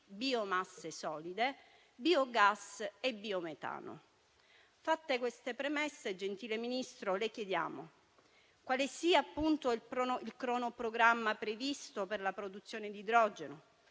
biomasse solide, biogas e biometano. Fatte queste premesse, gentile Ministro, le chiediamo quale sia il cronoprogramma previsto per la produzione di idrogeno,